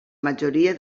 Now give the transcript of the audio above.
majoria